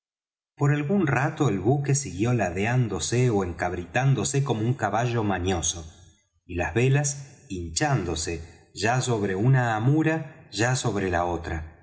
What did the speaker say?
por algún rato el buque siguió ladeándose ó encabritándose como un caballo mañoso y las velas hinchándose ya sobre una amura ya sobre la otra